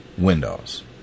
Windows